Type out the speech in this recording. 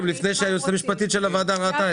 הכנסת לפני שהיועצת המשפטית של הוועדה ראתה את זה.